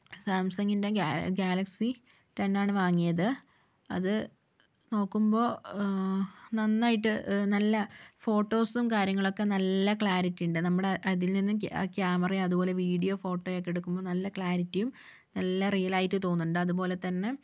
സാംസങ്ങിൻ്റെ Galaxy ten ആണ് വാങ്ങിയത് അത് നോക്കുമ്പോൾ നന്നായിട്ട് നല്ല ഫോട്ടോസും കാര്യങ്ങളൊക്കെ നല്ല ക്ലാരിറ്റി ഉണ്ട് നമ്മുടെ അതിൽ നിന്ന് ക്യാമറയും അതുപോലെ വിഡിയോയും ഫോട്ടോയും ഒക്കെ എടുക്കുമ്പോൾ നല്ല ക്ലാരിറ്റിയും നല്ല റിയൽ ആയിട്ട് തോന്നുന്നുണ്ട് അതുപോലെ തന്നെ